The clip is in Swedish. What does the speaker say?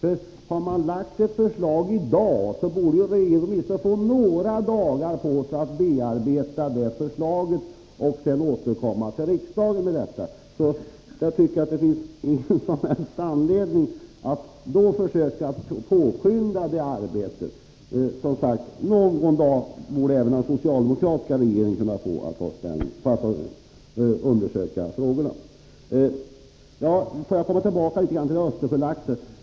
Om ett förslag ligger på riksdagens bord i dag, då borde ju regeringen få åtminstone några dagar på sig att bearbeta det förslaget för att sedan återkomma till riksdagen. Jag tycker inte att det då finns någon som helst anledning att försöka påskynda det arbetet. Någon dag borde som sagt även den socialdemokratiska regeringen kunna få på sig för att undersöka de här frågorna. Låt mig sedan gå tillbaka till frågan om Östersjölaxen.